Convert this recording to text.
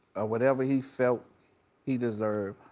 or whatever he felt he deserved,